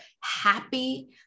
happy